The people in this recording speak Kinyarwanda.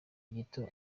gito